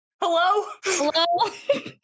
hello